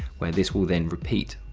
where this will then repeat.